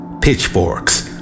pitchforks